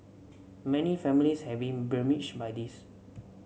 many families have been besmirched by this